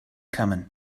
coming